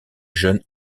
jeune